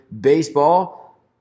baseball